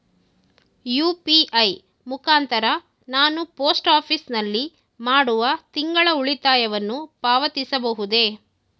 UPI ಮುಖಾಂತರ ನಾನು post office ನಲ್ಲಿ ಮಾಡುವ ತಿಂಗಳ ಉಳಿತಾಯವನ್ನು ಪಾವತಿಸಬಹುದೇ?